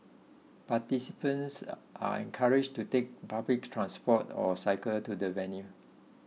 participants are encouraged to take public transport or cycle to the venue